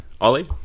ollie